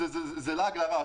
זה לעג לרש.